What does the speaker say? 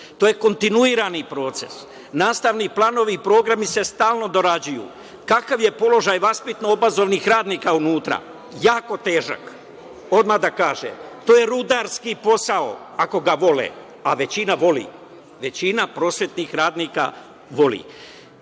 To je kontinuirani proces. Nastavni planovi i programi se stalno dorađuju. Kakav je položaj vaspitno-obrazovnih radnika unutra. Jako težak. Odmah da kažem, to je rudarski posao, ako ga vole, a većina voli, većina prosvetnih radnika voli. Da